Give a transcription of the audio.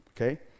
okay